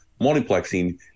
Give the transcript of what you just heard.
multiplexing